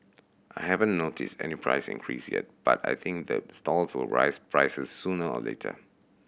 I haven't noticed any price increase yet but I think the stalls will raise prices sooner or later